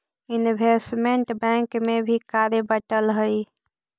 investment bank में भी कार्य बंटल हई